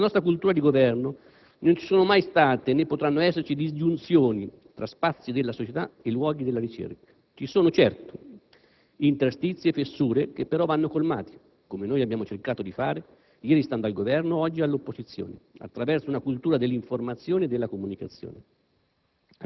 Nella nostra cultura di Governo non ci sono mai state né potranno esserci disgiunzioni tra spazi della società e luoghi della ricerca. Ci sono, certo, interstizi e fessure che però vanno colmati - come noi abbiamo cercato di fare, ieri stando al Governo, oggi all'opposizione - attraverso una cultura dell'informazione e della comunicazione.